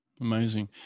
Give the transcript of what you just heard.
amazing